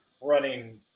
running